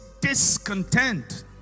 discontent